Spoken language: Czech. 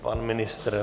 Pan ministr?